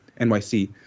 NYC